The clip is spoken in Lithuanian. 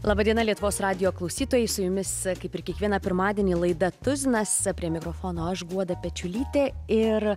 laba diena lietuvos radijo klausytojai su jumis kaip ir kiekvieną pirmadienį laida tuzinas prie mikrofono aš guoda pečiulytė ir